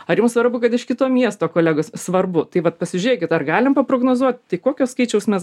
ar jums svarbu kad iš kito miesto kolegos svarbu tai vat pasižiūrėkit ar galim paprognozuot tai kokio skaičiaus mes